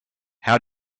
how